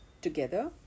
together